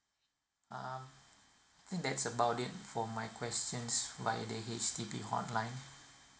uh I think that's about it for my question by the H_D_B hotline